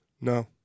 No